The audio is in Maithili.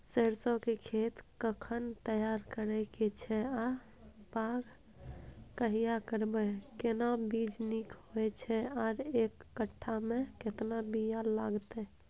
सरसो के खेत कखन तैयार करै के छै आ बाग कहिया करबै, केना बीज नीक होय छै आर एक कट्ठा मे केतना बीया लागतै?